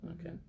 okay